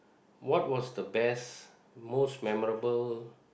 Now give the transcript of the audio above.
what was the best most memorable